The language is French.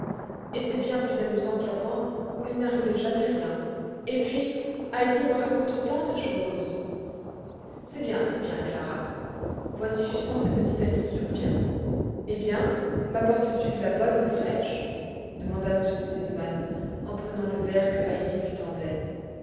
et c'est bien plus amusant qu'avant où il n'arrivait jamais rien et puis heidi me raconte tant de choses c'est bien c'est bien clara voici justement ta petite amie qui revient eh bien mapportes tu de la bonne eau fraîche demanda m r sesemann en prenant le verre que heidi lui tendait